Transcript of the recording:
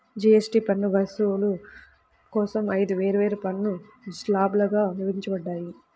GST పన్ను వసూలు కోసం ఐదు వేర్వేరు పన్ను స్లాబ్లుగా విభజించబడ్డాయి